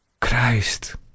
Christ